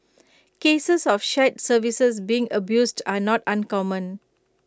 cases of shared services being abused are not uncommon